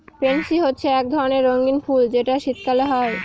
pansy হচ্ছে এক ধরণের রঙ্গীন ফুল যেটা শীতকালে হয়